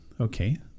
okay